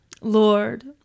Lord